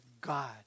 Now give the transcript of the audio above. god